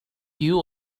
you